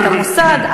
את המוסד.